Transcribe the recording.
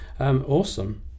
Awesome